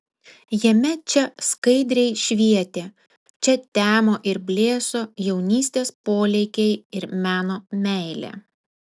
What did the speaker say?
jame čia skaidriai švietė čia temo ir blėso jaunystės polėkiai ir meno meilė